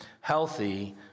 healthy